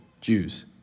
Jews